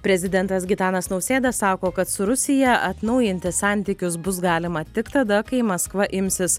prezidentas gitanas nausėda sako kad su rusija atnaujinti santykius bus galima tik tada kai maskva imsis